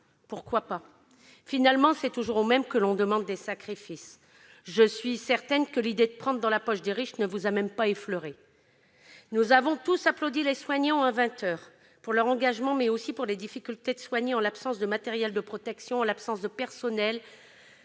aux soignants ! Finalement, c'est toujours aux mêmes que l'on demande des sacrifices ! Je suis certaine que l'idée de prendre dans la poche des riches ne vous a même pas effleurés. Nous avons tous applaudi les soignants à vingt heures pour leur engagement, mais aussi parce qu'il est difficile de soigner en l'absence de matériel de protection et faute de personnels,